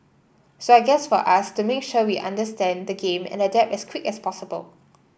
so I guess for us to make sure we understand the game and adapt as quick as possible